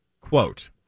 Quote